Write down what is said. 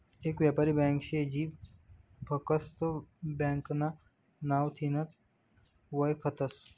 येक यापारी ब्यांक शे जी फकस्त ब्यांकना नावथीनच वयखतस